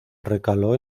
recaló